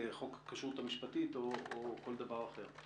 חוק הכשרות המשפטית או כל דבר אחד,